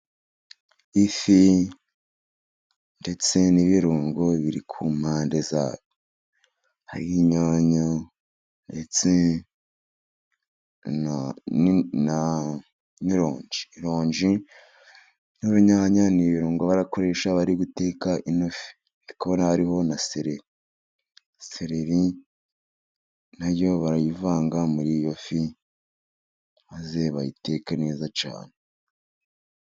Ifi ndetse n'ibirungo biri ku mpande zayo hariho inyanya ndetse n'ironji, ironji n'unyanya n'ibirungo barakoresha bari guteka ino fi, ndikubona hariho na sereri, sereri nayo barayivanga mur'iyo fi maze bayiteke neza cyane.